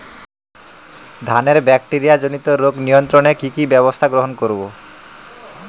ধানের ব্যাকটেরিয়া জনিত রোগ নিয়ন্ত্রণে কি কি ব্যবস্থা গ্রহণ করব?